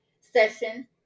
session